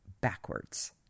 backwards